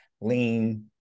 lean